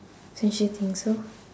don't you think so